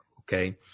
okay